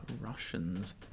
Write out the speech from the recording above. Russians